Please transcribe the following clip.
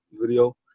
video